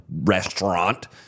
restaurant